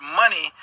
money